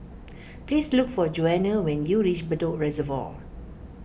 please look for Johnna when you reach Bedok Reservoir